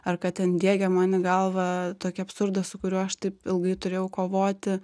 ar kad ten diegė man į galvą tokį absurdą su kuriuo aš taip ilgai turėjau kovoti